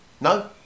No